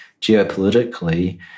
geopolitically